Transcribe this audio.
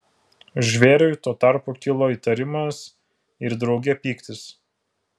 žvėriui tuo tarpu kilo įtarimas ir drauge pyktis